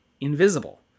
invisible